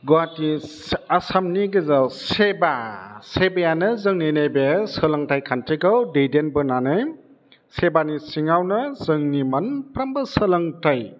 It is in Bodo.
गुवाहाटी आसामनि गेजेराव सेबा सेबायानो जोंनि नैबे सोलोंथाइ खान्थिखौ दैदेनबोनानै सेबानि सिङावनो जोंनि मोनफ्रोमबो सोलोंथाइ